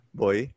boy